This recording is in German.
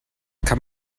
kann